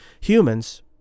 Humans